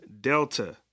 Delta